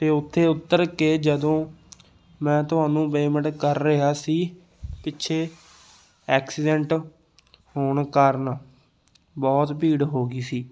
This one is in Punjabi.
ਅਤੇ ਉੱਥੇ ਉਤਰ ਕੇ ਜਦੋਂ ਮੈਂ ਤੁਹਾਨੂੰ ਪੇਮੈਂਟ ਕਰ ਰਿਹਾ ਸੀ ਪਿੱਛੇ ਐਕਸੀਡੈਂਟ ਹੋਣ ਕਾਰਨ ਬਹੁਤ ਭੀੜ ਹੋ ਗਈ ਸੀ